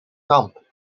kamp